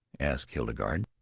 asked hildegarde,